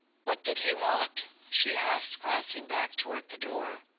what did he want? she asked, glancing back toward the door.